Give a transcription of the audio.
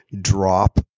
drop